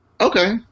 Okay